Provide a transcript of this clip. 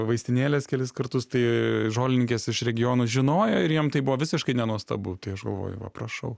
vaistinėles kelis kartus tai žolininkės iš regionų žinojo ir jiem tai buvo visiškai nenuostabu tai aš galvoju va prašau